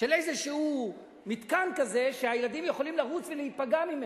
של איזה מתקן כזה שהילדים יכולים לרוץ ולהיפגע ממנו.